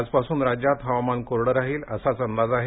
आजपासून राज्यात हवामान कोरडं राहील असाच अंदाज आहे